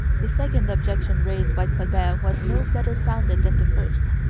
the second objection raised by colbert was no better founded than the first.